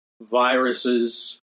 viruses